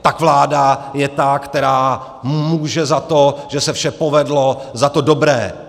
Tak vláda je ta, která může za to, že se vše povedlo, za to dobré.